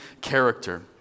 character